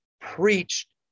preached